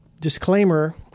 disclaimer